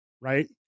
right